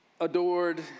adored